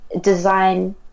design